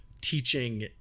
teaching